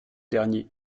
dernier